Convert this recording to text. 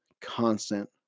constant